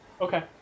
Okay